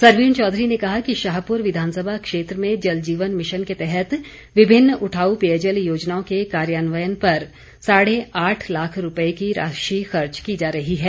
सरवीण चौधरी ने कहा कि शाहपुर विधानसभा क्षेत्र में जल जीवन मिशन के तहत विभिन्न उठाऊ पेयजल योजनाओं के कार्यान्वयन पर साढ़े आठ लाख रुपये की राशि खर्च की जा रही है